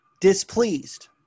displeased